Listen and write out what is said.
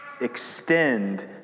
extend